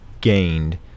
gained